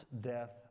death